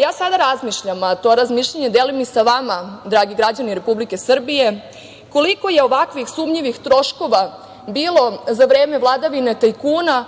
Ja sada razmišljam, a to razmišljanje delim sa vama, dragi građani Republike Srbije, koliko je ovakvih sumnjivih troškova bilo za vreme vladavine tajkuna